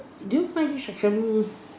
did you find this section